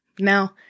Now